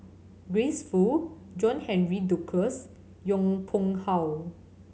Grace Fu John Henry Duclos Yong Pung How